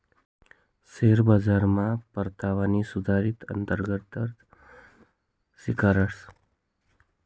share बाजारमा परतावाना सुधारीत अंतर्गत दर शिकाडतस